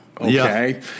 Okay